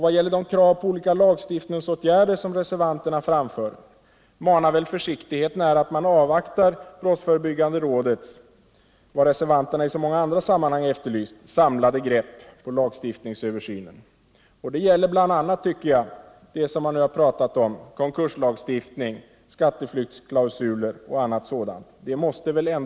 Vad gäller de krav på olika lagstiftningsåtgärder som reservanterna framför bjuder väl försiktigheten här att man avvaktar brottsförebyggande rådets ”samlade grepp” på lagstiftningsöversynen, som reservanterna i så många andra sammanhang efterlyst. Det gäller konkurslagstiftning, skatteflyktsklausuler och annat sådant som man nu har talat om.